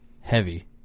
Heavy